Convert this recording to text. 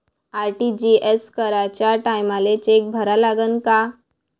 RTGS कराच्या टायमाले cheque भरा लागन का?